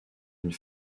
une